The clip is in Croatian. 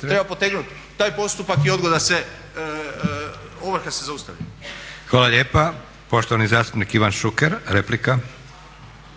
treba potegnuti taj postupak i ovrha se zaustavlja. **Leko, Josip (SDP)** Hvala lijepa ministre. Poštovani zastupnik Ivan Šuker, replika.